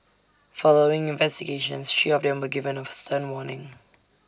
following investigations three of them were given A stern warning